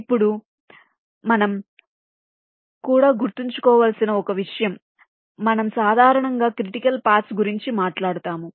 ఇప్పుడు మనం కూడా గుర్తుంచుకోవలసిన ఒక విషయం మనం సాధారణంగా క్రిటికల్ పాత్స్ గురించి మాట్లాడుతాము